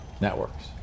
networks